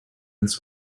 this